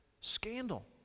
scandal